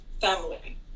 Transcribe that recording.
family